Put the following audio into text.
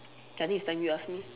I think it's time you ask me